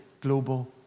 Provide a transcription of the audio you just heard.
global